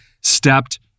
stepped